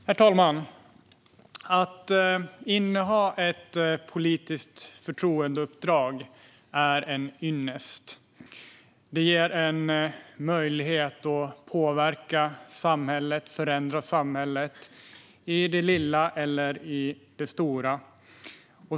Herr talman! Att inneha ett politiskt förtroendeuppdrag är en ynnest. Det ger möjlighet att påverka och förändra samhället i det lilla och i det stora.